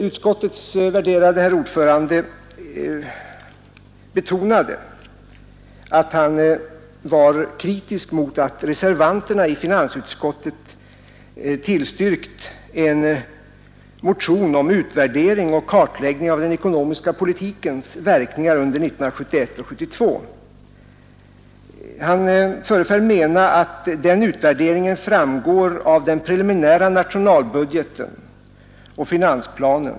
Utskottets värderade herr ordförande betonade att han var kritisk mot att reservanterna i finansutskottet tillstyrkt en motion om utvärdering och kartläggning av den ekonomiska politikens verkningar under 1971 och 1972. Han föreföll mena att den utvärderingen framgår av den preliminära nationalbudgeten och finansplanen.